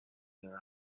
their